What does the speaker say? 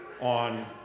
on